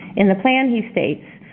in the plan he states,